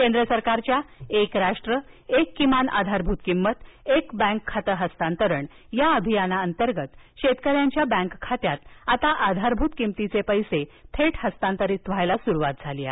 केंद्र सरकारच्या एक राष्ट्र एक किमान आधारभूत किंमत एक बँक खाते हस्तांतरण या अभियानाअंतर्गत शेतकऱ्यांच्या बँक खात्यात आता आधारभूत किमतीचे पैसे थेट हस्तांतरित होण्यास सुरुवात झाली आहे